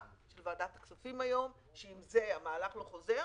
של ועדת הכספים שאם המהלך לא חוזר,